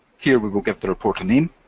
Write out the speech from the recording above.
here we will get the report a name,